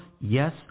yes